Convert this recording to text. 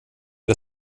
det